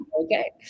okay